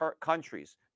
countries